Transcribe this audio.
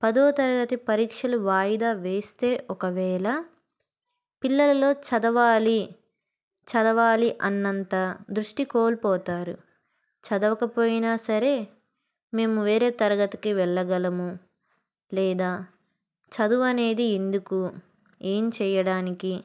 పదో తరగతి పరీక్షలు వాయిదా వేస్తే ఒకవేళ పిల్లలలో చదవాలి చదవాలి అన్నంత దృష్టి కోల్పోతారు చదవకపోయినా సరే మేము వేరే తరగతికి వెళ్ళగలము లేదా చదువు అనేది ఎందుకు ఏం చేయడానికి